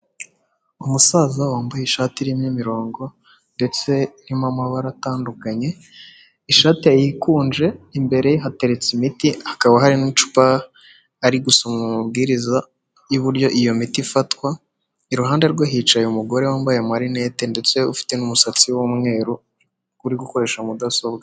Umusaza wambaye ishati irimo imirongo ndetse irimo amabara atandukanye, ishati yikunje. Imbere ye hateretse imiti hakaba hari n'icupa, ari gusoma amabwiriza y'uburyo iyo miti ifatwa, iruhande rwe hicaye umugore wambaye amarinete, ndetse ufite n'umusatsi w’umweru uri gukoresha mudasobwa.